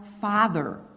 Father